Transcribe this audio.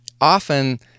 often